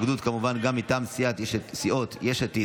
התנגדות כמובן גם מטעם סיעות יש עתיד,